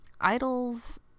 idols